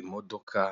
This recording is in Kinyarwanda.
Imodoka